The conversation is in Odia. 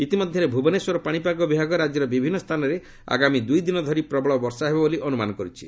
ଇତିମଧ୍ୟରେ ଭୂବନେଶ୍ୱର ପାଣିପାଗ ବିଭାଗ ରାଜ୍ୟର ବିଭିନ୍ନ ସ୍ଥାନରେ ଆଗାମୀ ଦୁଇଦିନ ଧରି ପ୍ରବଳ ବର୍ଷା ହେବ ବୋଲି ଅନୁମାନ କରିଛି